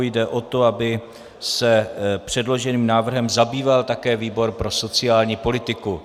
Jde o to, aby se předloženým návrhem zabýval také výbor pro sociální politiku.